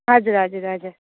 हजुर हजुर हजुर